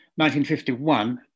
1951